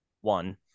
one